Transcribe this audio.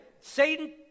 Satan